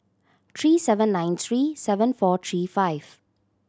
three seven nine three seven four three five